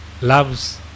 loves